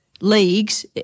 leagues